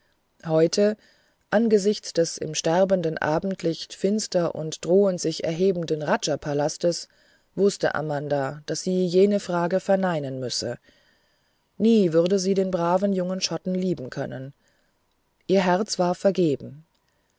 heute angesichts des im sterbenden abendlichte finster und drohend sich erhebenden rajapalastes wußte amanda daß sie jene frage verneinen müsse nie würde sie den braven jungen schotten lieben können ihr herz war vergeben